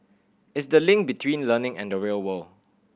it's the link between learning and the real world